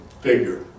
figure